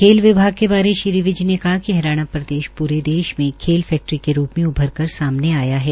खेल विभाग के बारे श्री विज ने कहा कि हरियाणा प्रदेश पूरे देश मे खेल फैक्टरी के रूप मे उभर कर सामने आया है